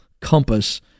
compass